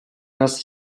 нас